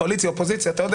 קואליציה-אופוזיציה אני